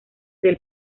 del